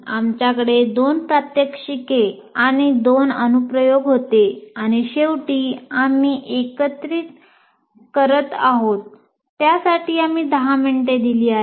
आमच्याकडे 2 प्रात्यक्षिके आणि 2 अनुप्रयोग होते आणि शेवटी आम्ही एकत्रित करत आहोत त्यासाठी आम्ही 10 मिनिटे दिली आहेत